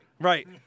Right